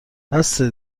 بسه